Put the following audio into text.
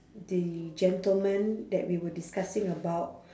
the gentleman that we were discussing about